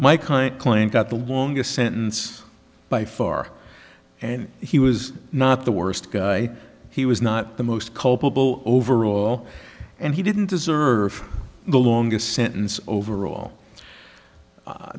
my kind claim got the longest sentence by far and he was not the worst guy he was not the most culpable overall and he didn't deserve the longest sentence overall